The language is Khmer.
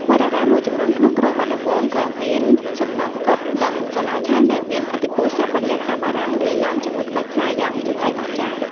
វត្តអារាមមួយចំនួនក្នុងក្រុងបាត់ដំបង ក៏មានសំណង់កុដិ និងសាលាឆាន់ដែលមានឥទ្ធិពលស្ថាបត្យកម្មបារាំងលាយឡំជាមួយក្បាច់ខ្មែរយ៉ាងចម្លែកអស្ចារ្យ។